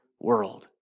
world